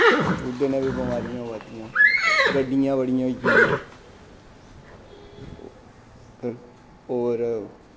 ओह्दै नै बी बमारियां बड़ियां होई गेइयां गड्डियां बड़ियां होई गेइयां ते होर